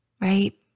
right